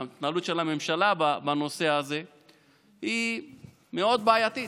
ההתנהלות של הממשלה בנושא הזה היא מאוד בעייתית.